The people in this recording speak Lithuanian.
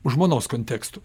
žmonos kontekstu